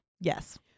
Yes